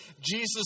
Jesus